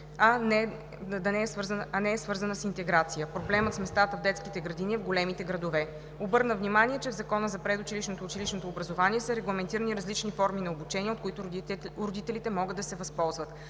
а не е свързана с интеграция. Проблемът с местата в детските градини е в големите градове. Обърна внимание, че в Закона за предучилищното и училищно образование са регламентирани различни форми на обучение, от които родителите могат да се възползват.